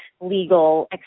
legal